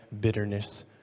bitterness